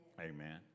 Amen